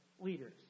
leaders